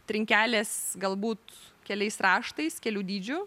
trinkelės galbūt keliais raštais kelių dydžių